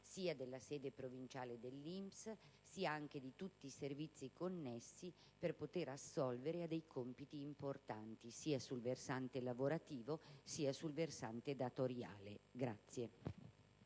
sia della sede provinciale dell'INPS sia di tutti i servizi connessi per poter assolvere a dei compiti importanti, sia sul versante dei lavoratori che su quello datoriale. **Saluto